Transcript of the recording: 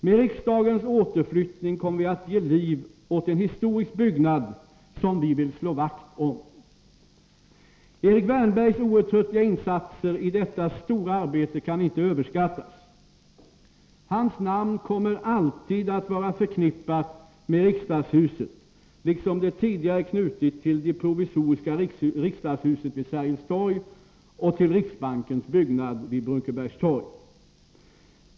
Med riksdagens återflyttning kommer vi att ge liv åt en historisk byggnad som vi vill slå vakt om.” Erik Wärnbergs outtröttliga insatser i detta stora arbete kan inte överskattas. Hans namn kommer alltid att vara förknippat med riksdagshuset, liksom det tidigare är knutet till det provisoriska riksdagshuset vid Sergels torg och till riksbankens byggnad vid Brunkebergstorg.